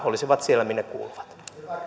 olisivat siellä minne kuuluvat